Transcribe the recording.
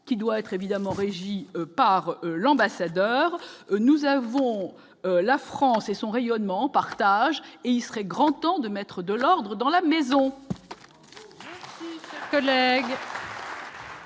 qui doit être évidemment régi par l'ambassadeur, nous avons la France et son rayonnement partage et il serait grand temps de mettre de l'ordre dans la maison. La parole est